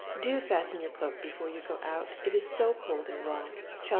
do fasten your cloak before you go out, it is so cold and raw!